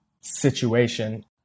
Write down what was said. situation